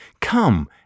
Come